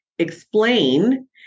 explain